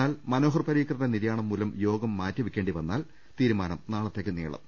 എന്നാൽ മനോഹർ പരീക്കറിന്റെ നിര്യാണം മൂലം യോഗം മാറ്റി വെക്കേണ്ടിവന്നാൽ തീരുമാനം നാളത്തേക്കു നീളും